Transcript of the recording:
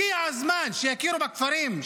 הגיע הזמן שיכירו בכפרים,